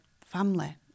family